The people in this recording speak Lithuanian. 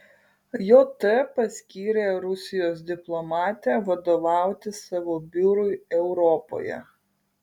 jt paskyrė rusijos diplomatę vadovauti savo biurui europoje